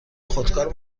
خودکار